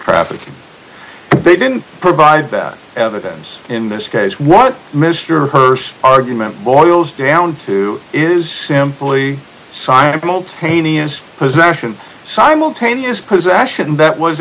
trafficking they didn't provide that evidence in this case what mister hurst argument boils down to is simply simultaneous possession simultaneous possession that was